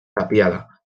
tapiada